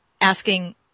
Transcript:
asking